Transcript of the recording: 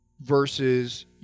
versus